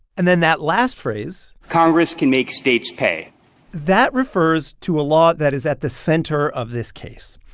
and then that last phrase. congress can make states pay that refers to a law that is at the center of this case.